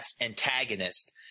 antagonist